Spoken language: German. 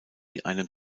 einem